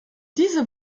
diese